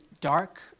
dark